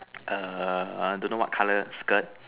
err I don't know what color skirt